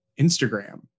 Instagram